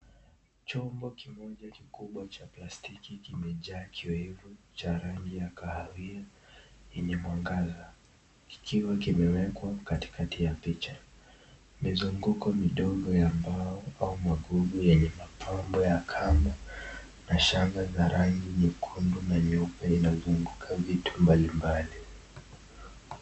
Chombo kikubwa cha plastiki kimejaa kiwevu cha rangi ya kahawia yenye mwangaza kikiwa kimewekwa katikati ya picha mizunguko midogo ya mbao au migugu yenye mapambo ya kamba na changa za rangi nyekundu na nyeupe inazunguka vitu mbalimbali.